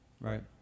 right